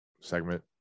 segment